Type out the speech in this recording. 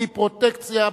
בלי פרוטקציה,